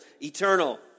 eternal